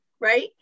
right